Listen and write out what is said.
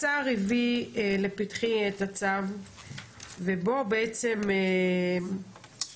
השר הביא לפתחי את הצו ובוא בעצם הגדיר